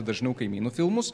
dažniau kaimynų filmus